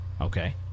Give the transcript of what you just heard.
Okay